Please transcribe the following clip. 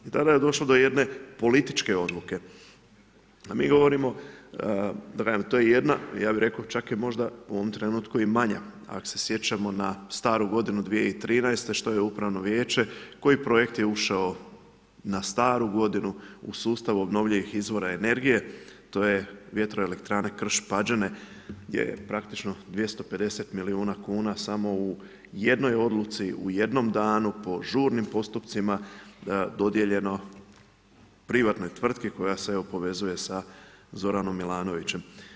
I tada je došlo do jedne političke odluke, a mi govorimo, da kažem to je jedna ja bih rekao čak je možda u ovom trenutku i manja ako se sjećamo na staru godinu 2013. što je upravno vijeće, koji projekt je ušao na staru godinu u sustav obnovljivih izvora energije, to je vjetroelektrane krš Pađene gdje je praktično 250 milijuna kuna samo u jednoj odluci, u jednom danu, po žurnim postupcima dodijeljeno privatnoj tvrtki koja se evo povezuje sa Zoranom Milanovićem.